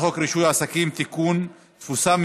בעד, 31, אין מתנגדים, אין